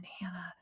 Hannah